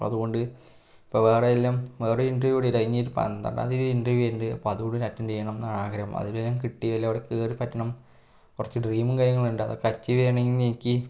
അപ്പോൾ അതുകൊണ്ട് ഇപ്പം വേറെയെല്ലം വേറെ ഇന്റർവ്യൂ കൂടി കഴിഞ്ഞ് ഇനിയിത് പന്ത്രണ്ടാം തീയ്യതി ഇന്റർവ്യൂ ഉണ്ട് അപ്പോൾ അത് കൂടെ അറ്റൻഡ് ചെയ്യണം എന്നാ ആഗ്രഹം അതിൽ കിട്ടിയാൽ അവിടെ കയറി പറ്റണം കുറച്ച് ഡ്രീമും കാര്യങ്ങളും ഉണ്ട് അതൊക്ക അച്ചീവ് ചെയ്യണമെങ്കിലെനിക്ക്